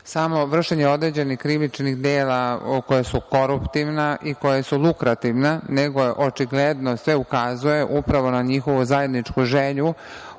samo vršenje određenih krivičnih dela koja su koruptivna i koja su lukrativna, nego, očigledno, sve ukazuje upravo na njihovu zajedničku želju